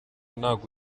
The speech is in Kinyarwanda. ntago